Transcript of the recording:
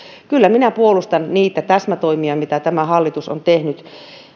kyllä minä puolustan niitä täsmätoimia joita tämä hallitus on tehnyt